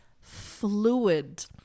fluid